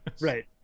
Right